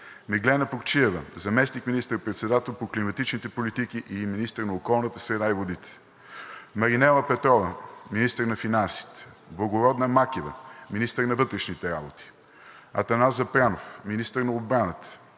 Меглена Плугчиева – заместник министър-председател по климатичните политики и министър на околната среда и водите; - Маринела Петрова – министър на финансите; - Благородна Макева – министър на вътрешните работи; - Атанас Запрянов – министър на отбраната;